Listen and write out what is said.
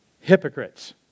hypocrites